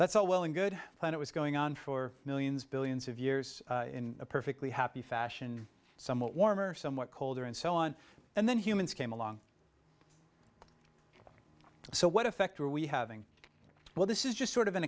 that's all well and good planet was going on for millions billions of years in a perfectly happy fashion somewhat warmer somewhat colder and so on and then humans came along so what effect are we having well this is just sort of an